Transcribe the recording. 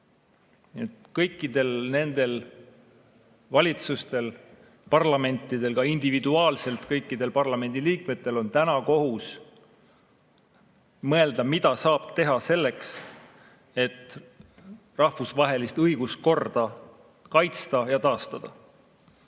Kõikidel valitsustel, parlamentidel, ka individuaalselt kõikidel parlamendiliikmetel on täna kohustus mõelda, mida saab teha selleks, et rahvusvahelist õiguskorda taastada ja kaitsta.